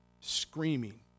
screaming